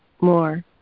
more